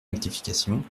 rectification